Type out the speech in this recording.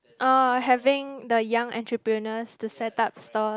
uh having the young entrepeneurs to set up stores